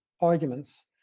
arguments